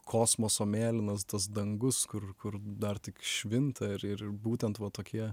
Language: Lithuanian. kosmoso mėlynas tas dangus kur kur dar tik švinta ir ir būtent tokie